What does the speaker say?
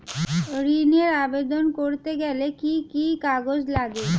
ঋণের আবেদন করতে গেলে কি কি কাগজ লাগে?